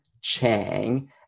Chang